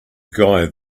guy